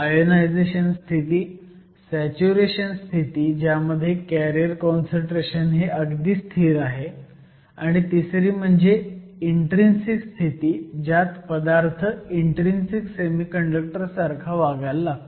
ionisation स्थिती saturation स्थिती ज्यामध्ये कॅरियर काँसंट्रेशन हे अगदी स्थिर आहे आणि तिसरी म्हणजे इन्ट्रीन्सिक स्थिती ज्यात पदार्थ इन्ट्रीन्सिक सेमीकंडक्टर सारखा वागायला लागतो